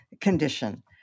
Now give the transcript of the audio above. condition